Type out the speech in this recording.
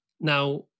now